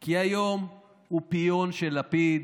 כי היום הוא פיון של לפיד,